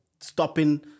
stopping